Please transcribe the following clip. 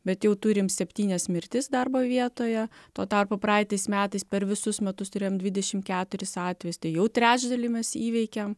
bet jau turim septynias mirtis darbo vietoje tuo tarpu praeitais metais per visus metus turėjom dvidešimt keturis atvejus tai jau trečdalį mes įveikėm